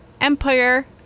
Empire